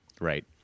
right